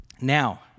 Now